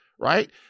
right